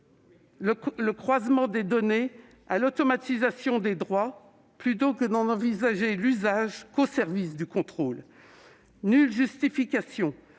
le croisement des données à l'automatisation des droits, plutôt que de n'en envisager l'usage qu'au service du contrôle ? Nulle justification